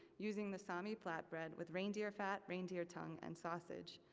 using the sami flatbread with reindeer fat, reindeer tongue, and sausage.